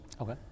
Okay